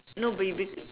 no but you be